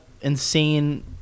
insane